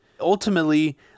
Ultimately